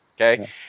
okay